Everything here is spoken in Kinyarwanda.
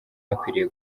akwiye